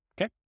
Okay